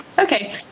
Okay